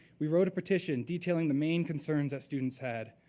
we vote a petition detailing the main concerns that students had,